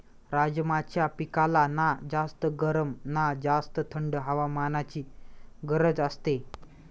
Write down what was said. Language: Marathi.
राजमाच्या पिकाला ना जास्त गरम ना जास्त थंड हवामानाची गरज असते